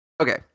okay